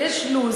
כי יש לו"ז,